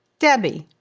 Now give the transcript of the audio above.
debbie,